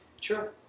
Sure